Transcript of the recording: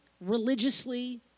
religiously